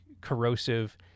corrosive